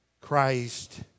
Christ